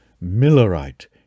Millerite